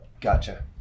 Gotcha